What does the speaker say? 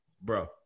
bro